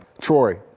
Troy